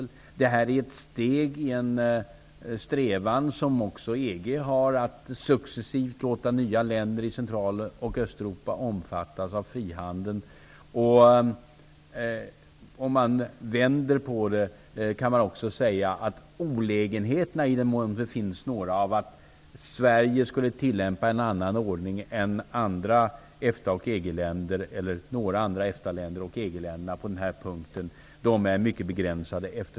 Det här är ett steg i en strävan som också EG har, nämligen att successivt låta nya länder i Central och Östeuropa omfattas av frihandeln. Omvänt kan det också sägas att olägenheterna -- i den mån det finns sådana -- av att Sverige skulle tillämpa en annan ordning än några andra EFTA länder och EG-länderna på den här punkten är mycket begränsade.